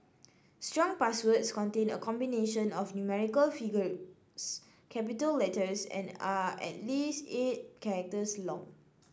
strong passwords contain a combination of numerical figures capital letters and are at least eight characters long